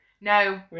No